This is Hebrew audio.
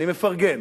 אני מפרגן.